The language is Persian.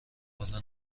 حالا